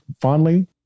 fondly